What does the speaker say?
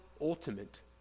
ultimate